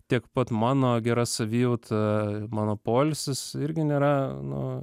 tiek pat mano gera savijauta mano poilsis irgi nėra nu